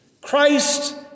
Christ